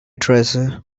treasure